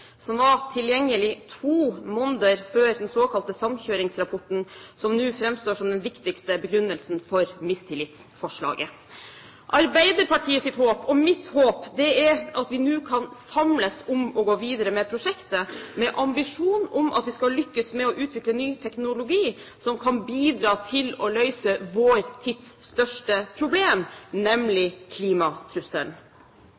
som var tilgjengelig to måneder før den såkalte samkjøringsrapporten, som nå framstår som den viktigste begrunnelsen for mistillitsforslaget. Arbeiderpartiets håp og mitt håp er at vi nå kan samles om å gå videre med prosjektet, med ambisjon om at vi skal lykkes med å utvikle ny teknologi som kan bidra til å løse vår tids største problem,